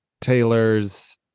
Taylor's